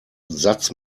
satz